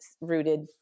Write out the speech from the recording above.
rooted